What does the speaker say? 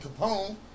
Capone